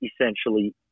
essentially